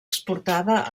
exportada